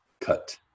cut